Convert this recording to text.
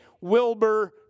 Wilbur